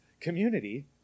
community